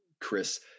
Chris